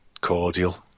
cordial